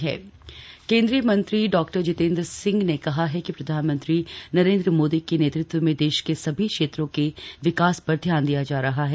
virtual rally डॉ जितेंद्र केंद्रीय मंत्री डा जीतेंद्र सिंह ने कहा है कि प्रधानमंत्री नरेंद्र मोदी की के नेतृत्व में देश के सभी क्षेत्रों के विकास पर ध्यान दिया जा रहा है